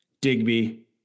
Digby